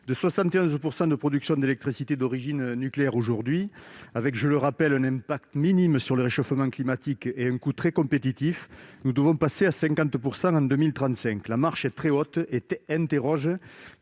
De 71 % de production d'électricité d'origine nucléaire aujourd'hui, ayant, je le rappelle, un impact minime sur le réchauffement climatique et un coût très compétitif, nous devons passer à 50 % en 2035. La marche est très haute et la